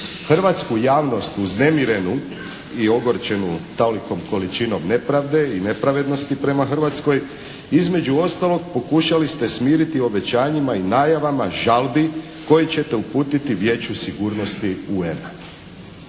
hrvatsku javnost uznemirenu i ogorčenu tolikom količinom nepravde i nepravednosti prema Hrvatskoj, između ostalog, pokušali ste smiriti obećanjima i najavama žalbi koje ćete uputiti Vijeću sigurnosti UN-a.